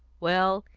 well,